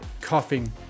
coughing